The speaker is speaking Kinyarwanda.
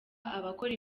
abakora